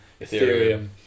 Ethereum